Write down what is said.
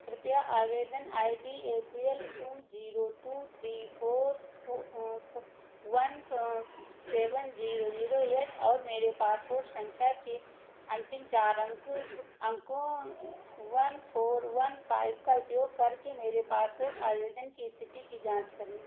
कृपया आवेदन I D A P L two zero two three four four one seven zero zero eight और मेरे passport संख्या के अंतिम चार अंक अंकों वन फोर वन फाइव का उपयोग करके मेरे पासपोर्ट आवेदन की स्थिति की जांच करें